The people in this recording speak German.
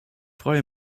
freue